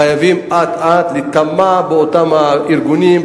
חייבים אט-אט להיטמע באותם הארגונים,